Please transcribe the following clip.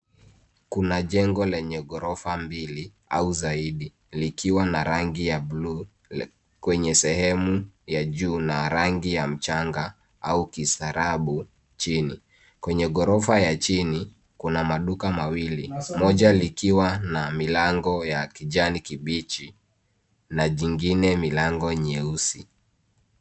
Kuna jengo lenye ghorofa mbili au zaidi likiwa na rangi ya bluu kwenye sehemu ya juu na rangi ya mchanga au kistaarabu chini. Kwenye ghorofa ya chini kuna maduka mawili moja likiwa na milango ya kijani kibichi na jingine milango nyeusi.